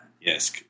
Yes